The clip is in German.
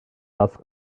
das